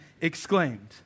exclaimed